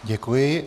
Děkuji.